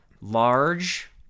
large